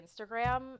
Instagram